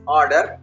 order